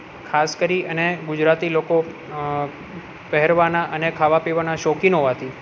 ખાસ કરી અને ગુજરાતી લોકો પહેરવાના અને ખાવા પીવાના શોખીન હોવાથી